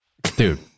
Dude